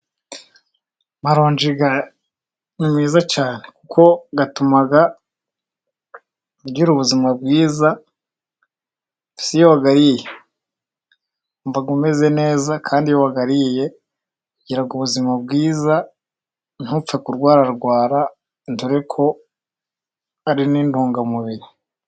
Amaronji ni meza cyane, kuko atuma ugira ubuzima bwiza, mbese iyo wayariye, wumva umeze neza, kandi iyo wayariye, ugira ubuzima bwiza, ntupfe kurwara rwara, dore ko ari n'intungamubiri.